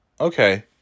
Okay